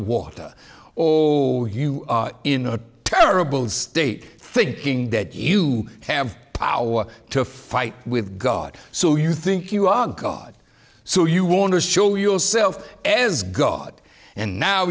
water or were you in a terrible state thinking that you have power to fight with god so you think you are god so you want to show yourself as god and now